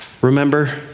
Remember